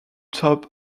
top